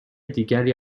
دیگری